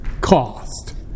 cost